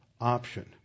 option